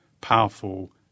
powerful